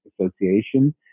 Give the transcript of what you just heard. association